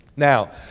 Now